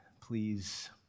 please